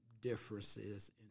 differences